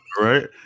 Right